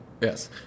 Yes